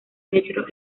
metro